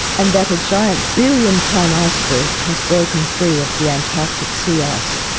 and that a giant billion-tonne iceberg has broken free of the antarctic sea ice.